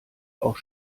auch